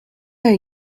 are